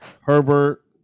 Herbert